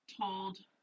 told